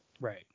right